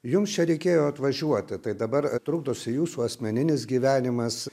jums čia reikėjo atvažiuoti tai dabar trukdosi jūsų asmeninis gyvenimas